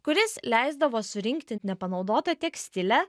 kuris leisdavo surinkti nepanaudotą tekstilę